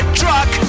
truck